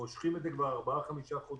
מושכים את זה כבר ארבעה חודשים.